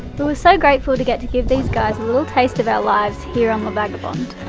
but were so grateful to get to give these guys a little taste of our lives here on la vagabonde.